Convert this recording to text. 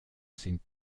sind